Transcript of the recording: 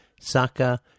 Saka